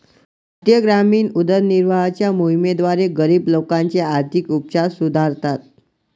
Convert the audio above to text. राष्ट्रीय ग्रामीण उदरनिर्वाहाच्या मोहिमेद्वारे, गरीब लोकांचे आर्थिक उपचार सुधारतात